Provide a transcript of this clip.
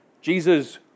Jesus